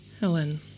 Helen